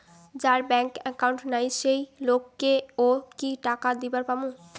যার bank account নাই সেই লোক কে ও কি টাকা দিবার পামু?